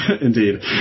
Indeed